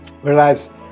whereas